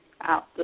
out